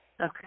Okay